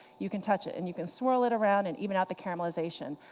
you can touch it. and you can swirl it around, and even out the caramelization.